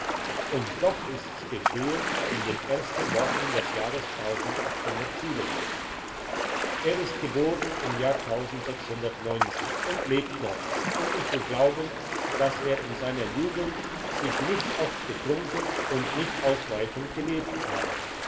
und doch ist's geschehen in den ersten wochen des jahres er ist geboren im jahr und lebt noch und ich will glauben dass er in seiner jugend sich nicht oft betrunken und nicht ausschweifend gelebt habe